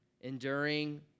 enduring